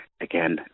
again